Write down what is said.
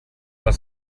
das